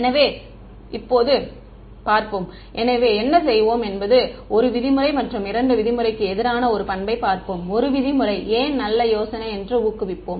எனவே இப்போது பார்ப்போம் எனவே என்ன செய்வோம் என்பது 1 விதிமுறை மற்றும் 2 விதிமுறைக்கு எதிரான ஒரு பண்பை பார்ப்போம் 1 விதிமுறை ஏன் நல்ல யோசனை என்று ஊக்குவிக்கலாம்